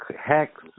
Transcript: hex